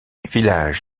village